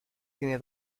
tiene